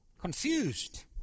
confused